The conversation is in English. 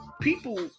people